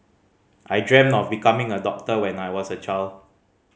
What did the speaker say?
I dreamt of becoming a doctor when I was a child